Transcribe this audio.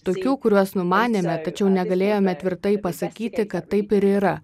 tokių kuriuos numanėme tačiau negalėjome tvirtai pasakyti kad taip ir yra